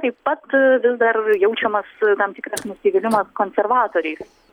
taip pat vis dar jaučiamas tam tikras nusivylimas konservatoriais